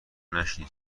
نشنیدی